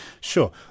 Sure